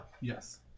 Yes